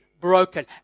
broken